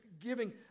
giving